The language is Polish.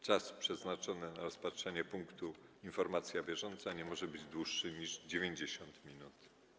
Czas przeznaczony na rozpatrzenie punktu: Informacja bieżąca nie może być dłuższy niż 90 minut.